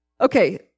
Okay